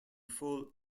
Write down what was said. full